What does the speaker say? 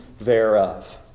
thereof